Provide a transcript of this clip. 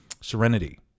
Serenity